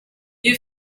you